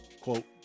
quote